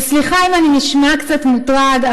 // וסליחה אם אני נשמע קצת מוטרד,